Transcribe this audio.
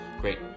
Great